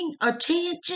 attention